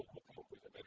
we'll come up with a